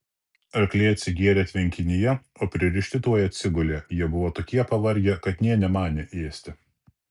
arkliai atsigėrė tvenkinyje o pririšti tuoj atsigulė jie buvo tokie pavargę kad nė nemanė ėsti